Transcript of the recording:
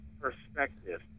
perspective